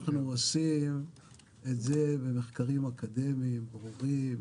אנחנו עושים את זה במחקרים אקדמיים ברורים,